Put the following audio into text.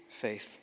faith